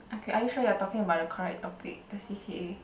okay are you sure you're talking about the correct topic the c_c_a